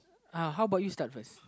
ah how about you start first